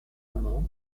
amans